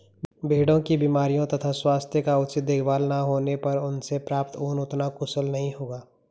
भेड़ों की बीमारियों तथा स्वास्थ्य का उचित देखभाल न होने पर उनसे प्राप्त ऊन उतना कुशल नहीं होगा